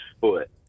foot